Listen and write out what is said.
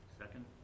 second